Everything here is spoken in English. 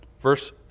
verse